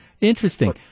Interesting